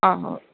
आहो